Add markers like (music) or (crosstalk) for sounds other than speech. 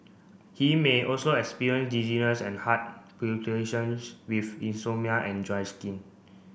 he may also experience dizziness and heart (unintelligible) with insomnia and dry skin